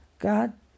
God